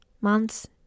months